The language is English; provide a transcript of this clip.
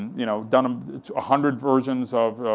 you know done um a hundred versions of,